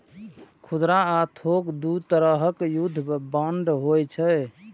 खुदरा आ थोक दू तरहक युद्ध बांड होइ छै